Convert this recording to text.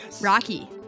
Rocky